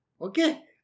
Okay